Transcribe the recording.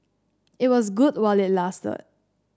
it was good while it lasted